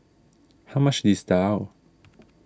how much is Daal